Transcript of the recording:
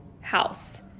house